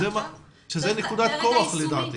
לדעתי זו נקודת כוח.